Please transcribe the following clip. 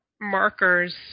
markers